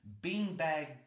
beanbag